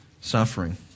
Suffering